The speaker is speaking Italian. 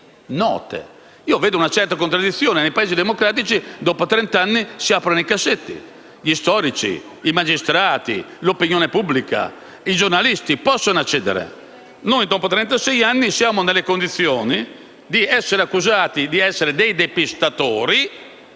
vedo una certa contraddizione: nei Paesi democratici, dopo trent'anni, si aprono i cassetti e gli storici, i magistrati, l'opinione pubblica e i giornalisti possono accedere; noi, dopo trentasei anni, siamo nelle condizioni di essere accusati di essere dei depistatori